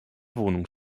wohnung